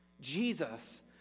Jesus